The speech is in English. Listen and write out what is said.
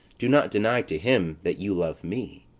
do not deny to him that you love me.